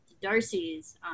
darcy's